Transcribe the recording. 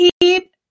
keep